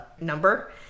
number